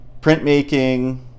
printmaking